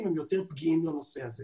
שיתמכו במהלך הזה.